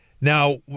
Now